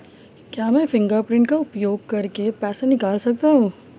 क्या मैं फ़िंगरप्रिंट का उपयोग करके पैसे निकाल सकता हूँ?